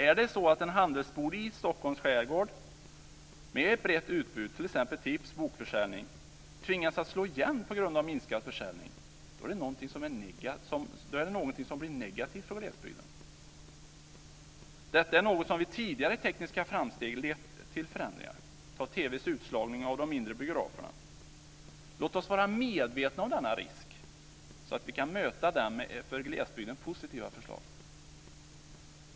Är det så att en handelsbod i Stockholms skärgård med ett brett utbud, t.ex. tips och bokförsäljning, tvingas att slå igen på grund av minskad försäljning är det någonting som blir negativt för glesbygden. Det är något som liksom vid tidigare tekniska framsteg har lett till förändringar. Ta t.ex. TV:s utslagning av de mindre biograferna. Låt oss vara medvetna om denna risk, så att vi kan möta den med för glesbygden positiva förslag.